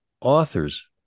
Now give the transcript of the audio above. authors